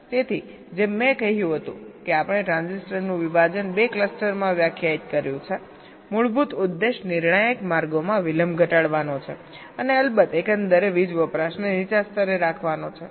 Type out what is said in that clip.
તેથી જેમ મેં કહ્યું હતું કે આપણે ટ્રાન્ઝિસ્ટરનું વિભાજન બે ક્લસ્ટરમાં વ્યાખ્યાયિત કર્યું છે મૂળભૂત ઉદ્દેશ નિર્ણાયક માર્ગોમાં વિલંબ ઘટાડવાનો છે અને અલબત્ત એકંદર વીજ વપરાશને નીચા સ્તરે રાખવાનો છે